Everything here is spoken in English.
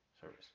Service